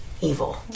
evil